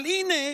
אבל הינה,